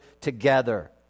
together